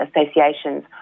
associations